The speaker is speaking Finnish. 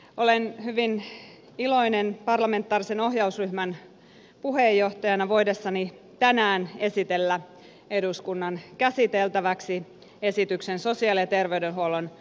olen hyvin iloinen voidessani parlamentaarisen ohjausryhmän puheenjohtajana tänään esitellä eduskunnan käsiteltäväksi esityksen sosiaali ja terveydenhuollon palvelurakenneuudistuksen toteuttamisesta